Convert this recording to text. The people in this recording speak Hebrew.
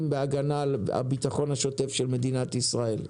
בהגנה על הבטחון השוטף של מדינת ישראל,